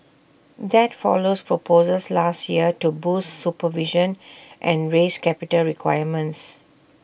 that follows proposals last year to boost supervision and raise capital requirements